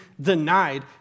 denied